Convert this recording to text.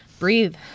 breathe